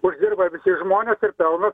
uždirba visi žmonės ir pelnas